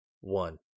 One